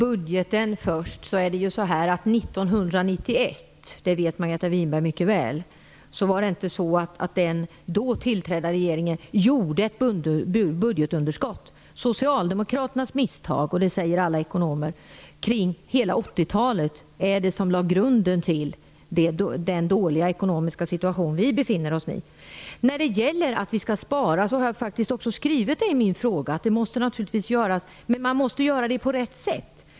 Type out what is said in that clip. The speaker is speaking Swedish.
Herr talman! När det först gäller budgeten vet Margareta Winberg mycket väl att den nytillträdda regeringen åstadkom inget budgetunderskott 1991. Socialdemokraternas misstag - och det säger alla ekonomer - under hela 80-talet är det som lade grunden till den dåliga ekonomiska situation som vi befinner oss i. Angående besparingar har jag skrivit i min fråga att det naturligtvis måste till sådana, men att man måste spara på rätt sätt.